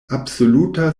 absoluta